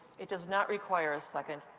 it does not require a second.